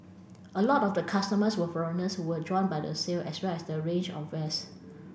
a lot of the customers were foreigners who were drawn by the sale as well as the range of wares